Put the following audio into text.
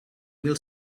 mil